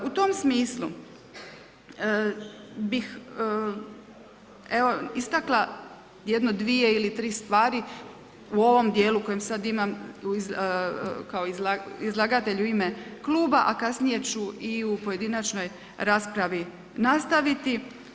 U tom smislu bih istakla jednu, dvije ili tri stvari u ovom dijelu u kojem sad imam kao izlagatelj u ime kluba, a kasnije ću i u pojedinačnoj raspravi nastaviti.